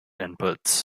inputs